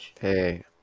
Hey